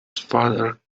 father